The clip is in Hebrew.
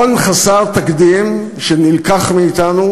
הון חסר תקדים שנלקח מאתנו,